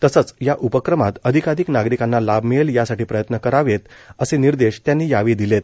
तसंच या उपक्रमात अधिकाधिक नागरिकांना लाभ मिळेल यासाठी प्रयत्न करावे असे निर्देश त्यांनी यावेळी दिलेत